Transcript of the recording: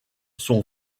son